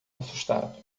assustado